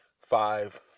five